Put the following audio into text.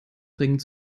dringend